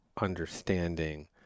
understanding